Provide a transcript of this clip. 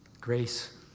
GRACE